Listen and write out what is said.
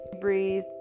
breathe